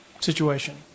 situation